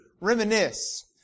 reminisce